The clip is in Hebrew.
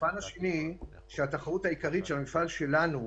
הפן השני, הוא התחרות העיקרית של המפעל שלנו,